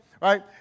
Right